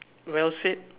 well said